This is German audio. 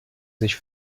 sich